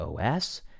OS